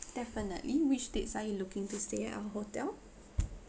definitely which dates are you looking to stay at our hotel